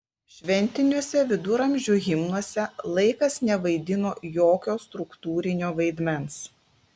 šventiniuose viduramžių himnuose laikas nevaidino jokio struktūrinio vaidmens